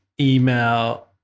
email